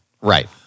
Right